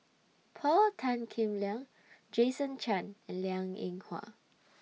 Paul Tan Kim Liang Jason Chan and Liang Eng Hwa